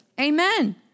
Amen